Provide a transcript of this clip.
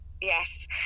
yes